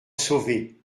sauvé